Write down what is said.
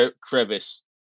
crevice